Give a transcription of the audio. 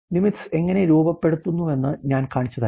LIMITS എങ്ങനെ രൂപപ്പെടുത്തുന്നുവെന്ന് ഞാൻ കാണിച്ചുതരാം